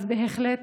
אז בהחלט,